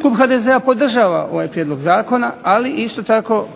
Klub HDZ-a podržava ovaj prijedlog zakona, ali isto tako